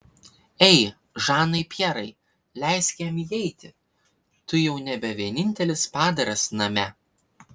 ei žanai pjerai leisk jam įeiti tu jau nebe vienintelis padaras name